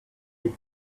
the